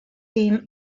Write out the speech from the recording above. team